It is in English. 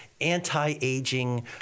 anti-aging